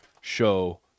show